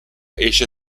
esce